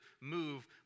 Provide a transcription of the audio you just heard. move